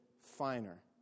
finer